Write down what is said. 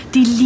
Die